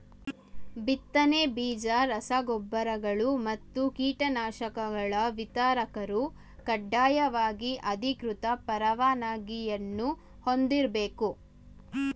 ಬಿತ್ತನೆ ಬೀಜ ರಸ ಗೊಬ್ಬರಗಳು ಮತ್ತು ಕೀಟನಾಶಕಗಳ ವಿತರಕರು ಕಡ್ಡಾಯವಾಗಿ ಅಧಿಕೃತ ಪರವಾನಗಿಯನ್ನೂ ಹೊಂದಿರ್ಬೇಕು